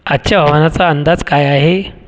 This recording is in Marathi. आजच्या हवामानाचा अंदाज काय आहे